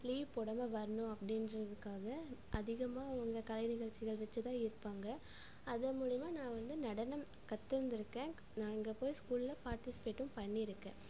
leave போடாமல் வரணும் அப்படின்றதுக்காக அதிகமாக அவங்க கலை நிகழ்ச்சிகள் வச்சி தான் ஈர்ப்பாங்க அது மூலிமா நான் வந்து நடனம் கற்றுருந்துருக்கேன் நான் அங்கே போய் புல்லாக பார்ட்டிசிபேட்டும் பண்ணியிருக்கேன்